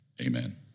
Amen